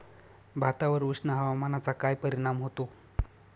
भातावर उष्ण हवामानाचा काय परिणाम होतो?